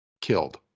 killed